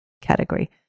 category